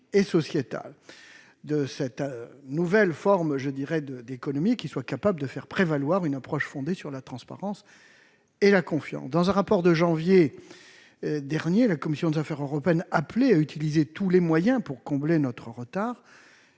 et sociétale de cette nouvelle forme d'économie, et capable de faire prévaloir une approche fondée sur la transparence et la confiance. Dans un rapport publié en janvier 2019, la commission des affaires européennes appelait à utiliser tous les moyens pour combler notre retard.